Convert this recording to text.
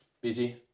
busy